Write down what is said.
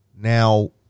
Now